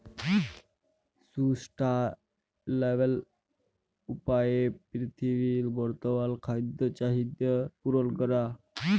sustainable উপায়ে পীরথিবীর বর্তমাল খাদ্য চাহিদ্যা পূরল ক্যরে